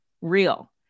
real